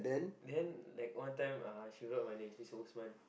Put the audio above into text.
then like one time uh she wrote my name she said Usman